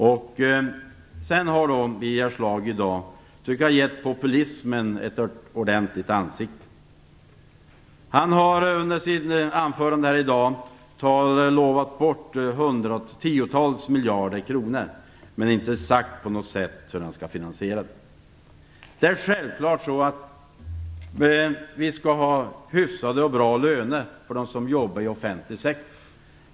I dag har Birger Schlaug givit populismen ett ansikte. Han har under sitt anförande lovat bort tiotals miljarder kronor, men inte sagt hur han skall finansiera det. Det är självklart att vi skall ha bra löner för dem som arbetar inom den offentliga sektorn.